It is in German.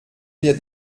wir